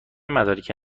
مدارکی